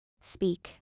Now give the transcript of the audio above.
speak